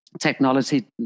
Technology